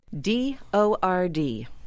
D-O-R-D